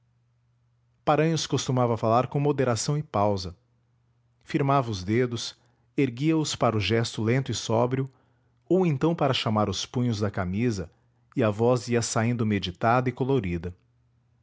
paranhos costumava falar com moderação e pausa firmava os dedos erguia os para o gesto lento e sóbrio ou então para chamar os punhos da camisa e a voz ia saindo meditada e colorida